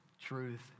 truth